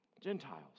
Gentiles